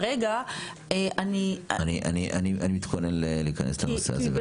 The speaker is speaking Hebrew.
אני מתכונן להיכנס לנושא הזה בהחלט.